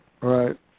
right